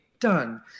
done